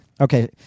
Okay